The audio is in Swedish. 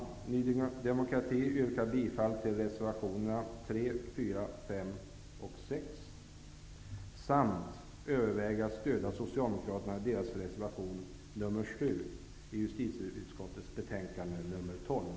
Vi i Ny demokrati yrkar bifall till reservationerna 3, 4, 5 och 6 samt överväger att stödja Socialdemokraternas reservation nr 7 vid justitieutskottets betänkande nr 12.